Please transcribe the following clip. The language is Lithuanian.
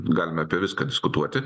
galime apie viską diskutuoti